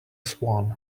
swan